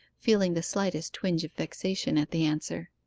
feeling the slightest twinge of vexation at the answer.